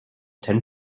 ten